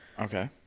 Okay